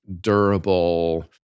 durable